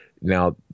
Now